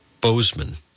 Bozeman